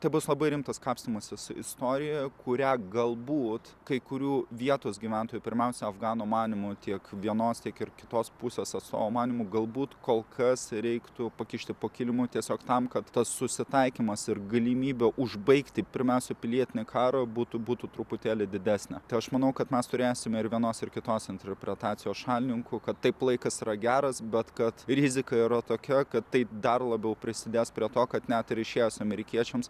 tai bus labai rimtas kapstymasis istorijoje kurią galbūt kai kurių vietos gyventojų pirmiausia afganų manymu tiek vienos tiek ir kitos pusės atstovų manymu galbūt kol kas reiktų pakišti po kilimu tiesiog tam kad tas susitaikymas ir galimybė užbaigti pirmiausia pilietinį karą būtų būtų truputėlį didesnė tai aš manau kad mes turėsime ir vienos ir kitos interpretacijos šalininkų kad taip laikas yra geras bet kad rizika yra tokia kad tai dar labiau prisidės prie to kad net ir išėjus amerikiečiams